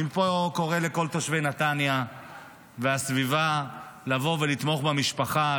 אני מפה קורא לכל תושבי נתניה והסביבה לבוא ולתמוך במשפחה,